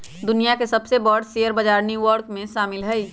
दुनिया के सबसे बर शेयर बजार न्यू यॉर्क में हई